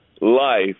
life